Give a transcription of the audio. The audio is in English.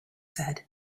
said